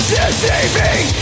Deceiving